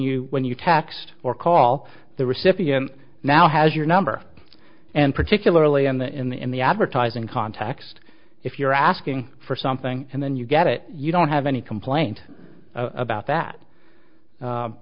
you when you text or call the recipient now has your number and particularly in the in the in the advertising context if you're asking for something and then you get it you don't have any complaint about